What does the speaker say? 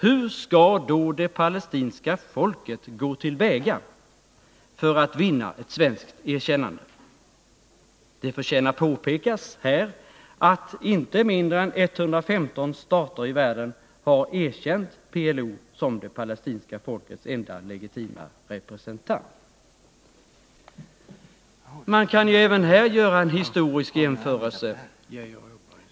Hur skall då det palestinska folket gå till väga för att vinna ett svenskt erkännande? Det förtjänar här påpekas att inte mindre än 115 stater har erkänt PLO som det palestinska folkets enda legitima representant. Man kan även här göra en historisk jämförelse.